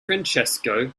francesco